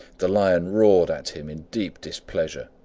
the lion roared at him in deep displeasure,